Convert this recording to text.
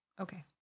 Okay